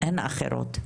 הן אחרות.